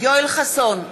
יואל חסון,